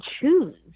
choose